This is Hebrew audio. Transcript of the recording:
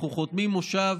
אנחנו חותמים מושב